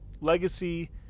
Legacy